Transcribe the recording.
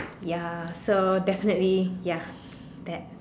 ya so definitely ya that